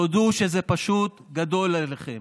תודו שזה פשוט גדול עליכם.